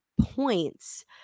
points